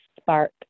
spark